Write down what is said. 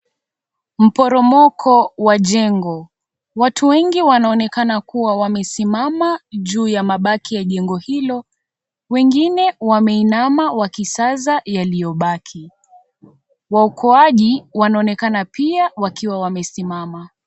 Mporomoko wa jengo, watu wengi wanaonekana kuwa wamesimama juu ya mabaki ya jengo hilo, wengine wameinama wakisaza yaliyobaki, waokoaji wanaonekana pia wamesimama.